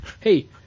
hey